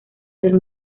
del